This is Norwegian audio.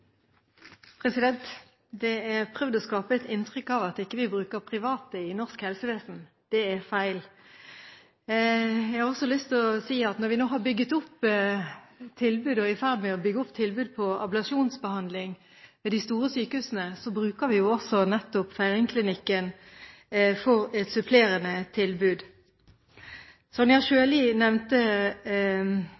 prøvd å skape et inntrykk av at vi ikke bruker private i norsk helsevesen. Det er feil. Jeg har også lyst til å si at vi nå er i ferd med å bygge opp tilbudet på ablasjonsbehandling ved de store sykehusene, og vi bruker også Feiringklinikken som et supplerende tilbud. Representanten Sjøli nevnte habilitering og rehabilitering som en svært viktig del av helsetjenesten fremover. Det er jeg